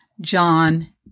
John